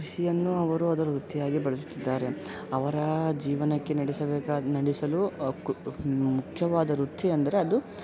ಕೃಷಿಯನ್ನು ಅವರು ಅದರ ವೃತ್ತಿಯಾಗಿ ಬಳಸುತ್ತಿದ್ದಾರೆ ಅವರ ಜೀವನಕ್ಕೆ ನಡೆಸಬೇಕಾದ ನಡೆಸಲು ಮುಖ್ಯವಾದ ವೃತ್ತಿಯಂದರೆ ಅದು